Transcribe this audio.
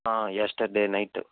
yesterday night